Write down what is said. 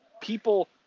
people –